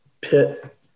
pit